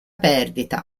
perdita